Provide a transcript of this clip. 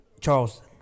Charleston